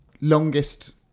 longest